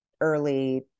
early